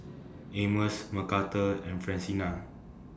Amos Mcarthur and Francina